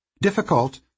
Difficult